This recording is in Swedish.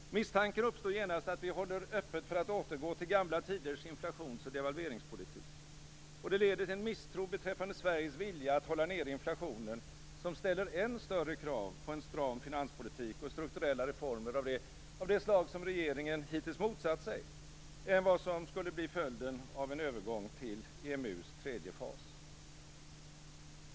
Misstanken uppstår genast att vi håller öppet för att återgå till gamla tiders inflations och devalveringspolitik. Det leder också till en misstro beträffande Sveriges vilja att hålla nere inflationen, vilket ställer än större krav på en stram finanspolitik och strukturella reformer av det slag som regeringen hittills motsatt sig. Det är vad som skulle bli följden av en övergång till EMU:s tredje fas.